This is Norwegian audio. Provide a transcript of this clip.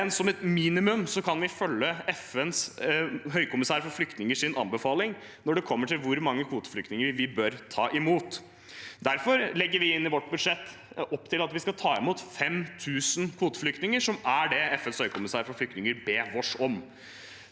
men som et minimum kan vi følge anbefalingen fra FNs høykommissær for flyktninger når det gjelder hvor mange kvoteflyktninger vi bør ta imot. Derfor legger vi i vårt budsjett opp til at vi skal ta imot 5 000 kvoteflyktninger, som er det FNs høykommissær for flyktninger ber oss om.